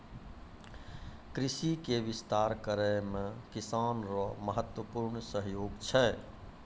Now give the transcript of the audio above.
कृषि के विस्तार करै मे किसान रो महत्वपूर्ण सहयोग छै